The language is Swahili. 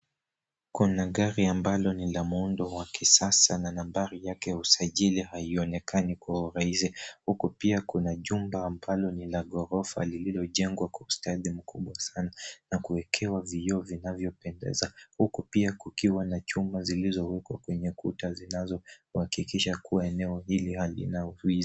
Kuna gari ambalo ni la muundo wa kisasa na nambari yake ya usajili haionekana kwa urahisi, huku pia kuna jumba ambalo ni la ghorofa lililojengwa kwa ustadi mkubwa sana na kuwekewa vioo vinavyopendeza, huku pia kukiwa na chuma zilizowekwa kwenye kuta zinazohakikisha kuwa eneo hilo halina uwizi.